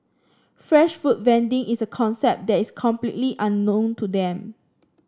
fresh food vending is a concept that is completely unknown to them